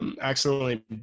accidentally